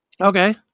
Okay